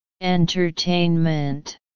Entertainment